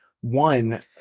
One